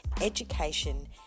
education